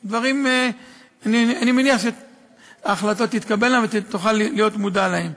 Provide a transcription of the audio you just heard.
אני מניח שההחלטות תתקבלנה ותוכל להיות מודע להן.